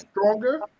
stronger